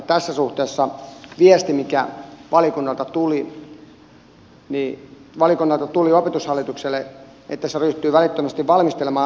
tässä suhteessa viesti mikä valiokunnalta tuli opetushallitukselle oli se että se ryhtyy välittömästi valmistelemaan kouluille ohjeita jotka olisivat yhteneviä